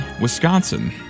Wisconsin